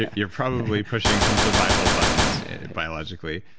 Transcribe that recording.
you're probably pushing some survival buttons biologically.